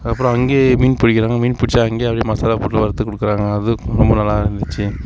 அப்புறம் அங்கேயே மீன் பிடிக்கறாங்க மீன் பிடிச்சு அங்கேயே அப்படியே மசாலா போட்டு வறுத்து கொடுக்கறாங்க அதுவும் ரொம்ப நல்லா இருந்துச்சு